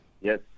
Yes